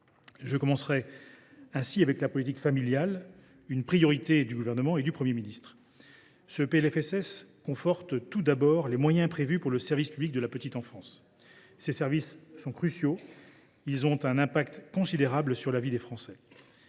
Je commencerai en évoquant la politique familiale, qui est une priorité du Gouvernement et du Premier ministre. Ce PLFSS conforte tout d’abord les moyens prévus pour le service public de la petite enfance. Celui ci est crucial et a un impact considérable sur la vie des Français.